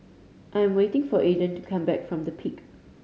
I am waiting for Aiden to come back from The Peak